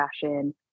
fashion